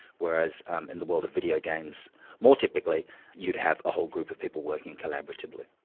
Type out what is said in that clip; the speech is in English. whereas in the world of video games more typically you'd have a whole group of people working collaboratively.